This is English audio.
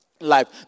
life